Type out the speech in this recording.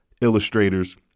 illustrators